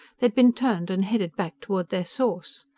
they'd been turned and headed back toward their source.